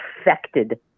affected